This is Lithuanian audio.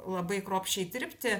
labai kruopščiai dirbti